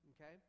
okay